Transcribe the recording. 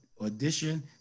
audition